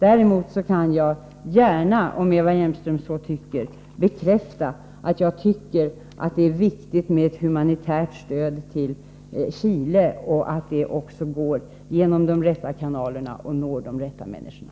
Däremot skall jag gärna, om Eva Hjelmström så vill, bekräfta att jag tycker att det är viktigt med ett humanitärt stöd till Chile och att det också går genom de rätta kanalerna och når de rätta människorna.